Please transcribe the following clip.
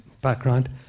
background